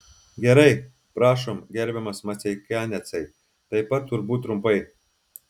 gerai prašom gerbiamas maceikianecai taip pat turbūt trumpai